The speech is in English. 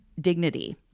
dignity